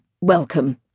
welcome